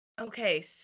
Okay